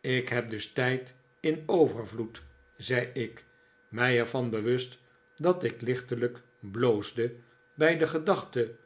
ik heb dus tijd in overvloed zei ik mij er van bewust dat ik lichtelijk bloosde bij de gedachte